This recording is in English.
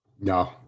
No